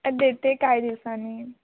अ देते काय दिवसांनी